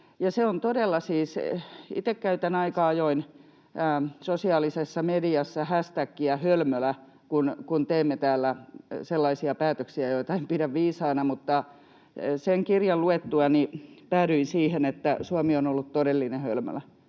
Itse käytän aika ajoin sosiaalisessa mediassa hashtagia #hölmölä, kun teemme täällä sellaisia päätöksiä, joita en pidä viisaina, mutta sen kirjan luettuani päädyin siihen, että Suomi on ollut todellinen hölmölä